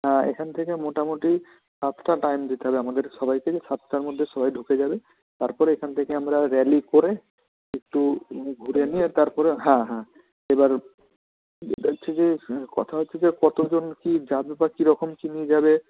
হ্যাঁ এখান থেকে মোটামোটি সাতটা টাইম দিতে হবে আমাদের সবাইকেই সাতটার মধ্যে সবাই ঢুকে যাবে তারপরে এখান থেকে আমরা র্যালি করে একটু উ ঘুরে নিয়ে তারপরে হ্যাঁ হ্যাঁ এবার বলছি যে কথা হচ্ছে যে কতজন কী যাবে বা কী রকম কী নিয়ে যাবে